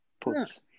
puts